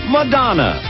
Madonna